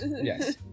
Yes